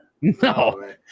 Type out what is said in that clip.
no